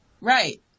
Right